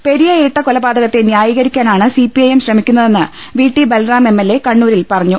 പെരിയ ഇരട്ട കൊലപാതകത്തെ ന്യായീകരിക്കാനാണ് സിപി ഐഎം ശ്രമിക്കുന്നതെന്ന് V T Balram M LA കണ്ണൂ രിൽ പറഞ്ഞു